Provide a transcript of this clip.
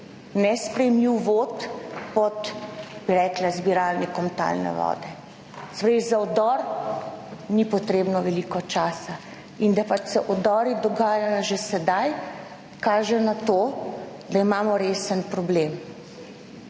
nesprejemljiv vod pod, bi rekla, zbiralnikom talne vode? Se pravi, za vdor ni potrebno veliko časa. Da pač se vdori dogajajo že sedaj, kaže na to, da imamo resen problem,